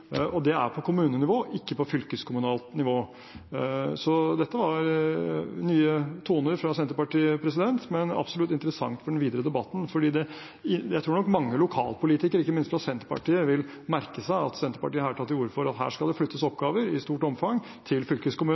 og det er på kommunenivå, ikke på fylkeskommunalt nivå. Så dette var nye toner fra Senterpartiet, men absolutt interessant for den videre debatten. Jeg tror nok mange lokalpolitikere, ikke minst fra Senterpartiet, vil merke seg at Senterpartiet her tar til orde for at det skal flyttes oppgaver i stort omfang til fylkeskommunen